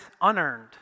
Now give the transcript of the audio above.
unearned